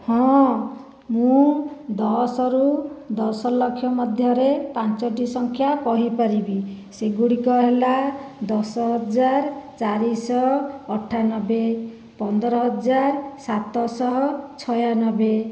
ହଁ ମୁଁ ଦଶରୁ ଦଶ ଲକ୍ଷ ମଧ୍ୟରେ ପାଞ୍ଚଟି ସଂଖ୍ୟା କହିପାରିବି ସେଗୁଡ଼ିକ ହେଲା ଦଶ ହଜାର ଚାରିଶହ ଅଠାନବେ ପନ୍ଦର ହଜାର ସାତଶହ ଛୟାନବେ